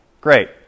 Great